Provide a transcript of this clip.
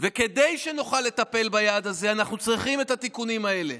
וכדי שנוכל לטפל ביעד הזה אנחנו צריכים את התיקונים האלה.